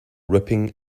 ripping